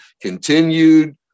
Continued